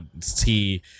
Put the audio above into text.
see